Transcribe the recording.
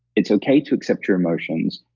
it's okay to accept your emotions.